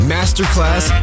Masterclass